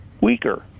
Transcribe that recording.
weaker